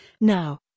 Now